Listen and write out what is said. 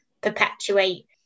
perpetuate